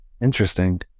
Interesting